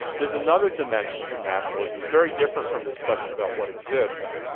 there's another dimension to naturalism. it's very different from this question about what exists,